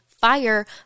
fire